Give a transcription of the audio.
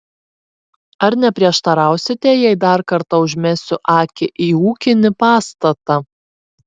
ar neprieštarausite jei dar kartą užmesiu akį į ūkinį pastatą